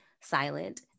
silent